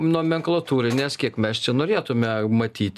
nomenklatūrinės kiek mes čia norėtume matyt